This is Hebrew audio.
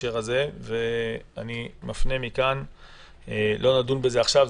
לא נדון בזה עכשיו,